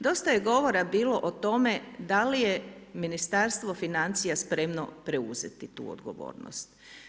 Dosta je govora bilo o tome da li je Ministarstvo financija spremno preuzeti tu odgovornost.